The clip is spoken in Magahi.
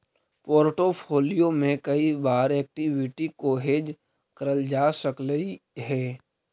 पोर्ट्फोलीओ में कई बार एक्विटी को हेज करल जा सकलई हे